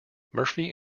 murphy